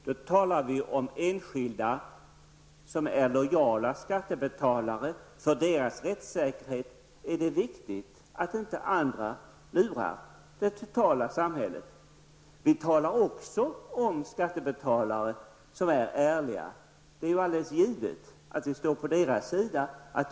Miljöpartiet är inte heller med på den eller de motioner som handlar om att en enskild som har vunnit en skatteprocess skall ha rätt till ersättning för sitt ombud.